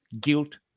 guilt